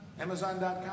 Amazon.com